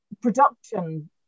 production